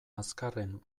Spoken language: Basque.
azkarren